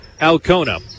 Alcona